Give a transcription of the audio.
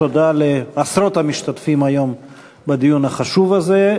תודה לעשרות המשתתפים היום בדיון החשוב הזה,